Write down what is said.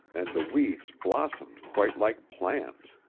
and the weeds blossomed quite like plants.